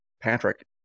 Patrick